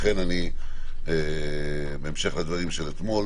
לכן אנחנו בהמשך לדברים של אתמול